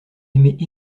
aimer